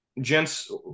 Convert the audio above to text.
Gents